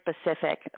specific